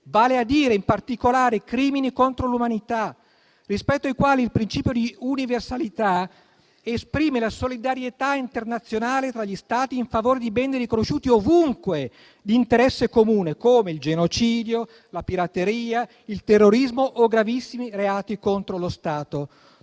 vale a dire di crimini contro l'umanità, rispetto ai quali il principio di universalità esprime la solidarietà internazionale tra gli Stati in favore di casi riconosciuti ovunque di interesse comune: come il genocidio, la pirateria, il terrorismo o gravissimi reati contro lo Stato.